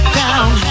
down